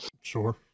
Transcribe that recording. Sure